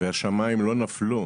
והשמים לא נפלו